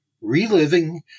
Reliving